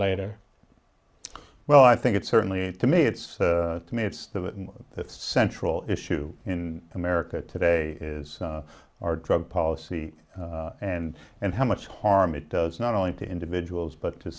later well i think it's certainly to me it's to me it's the central issue in america today is our drug policy and and how much harm it does not only to individuals but to